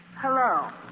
Hello